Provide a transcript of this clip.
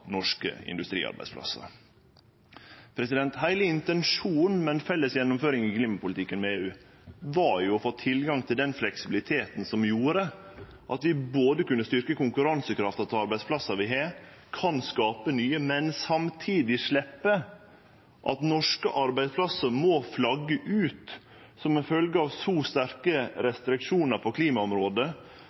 norske industriarbeidsplassar. Heile intensjonen med ei felles gjennomføring i klimapolitikken med EU var jo å få tilgang til den fleksibiliteten som gjorde at vi kunne både styrkje konkurransekrafta til arbeidsplassar vi har, skape nye og samtidig sleppe at norske arbeidsplassar må flagge ut som følgje av så sterke klimarestriksjonar på klimaområdet